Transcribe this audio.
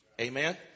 Amen